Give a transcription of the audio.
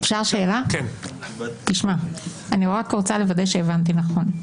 אני רק רוצה לוודא שהבנתי נכון.